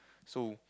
so